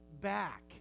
back